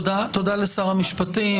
תודה לשר המשפטים.